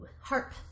Harp